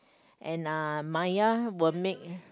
and uh Maya will make